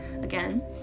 Again